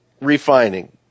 refining